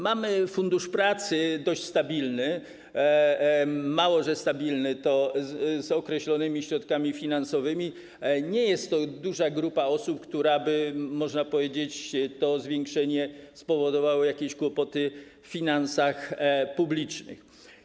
Mamy Fundusz Pracy dość stabilny, mało że stabilny, to z określonymi środkami finansowymi, nie jest to tak duża grupa osób, by można było powiedzieć, że to zwiększenie spowodowało jakieś kłopoty w finansach publicznych.